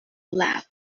laugh